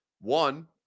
one